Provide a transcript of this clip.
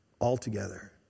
altogether